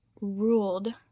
ruled